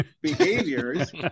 behaviors